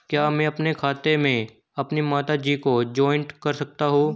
क्या मैं अपने खाते में अपनी माता जी को जॉइंट कर सकता हूँ?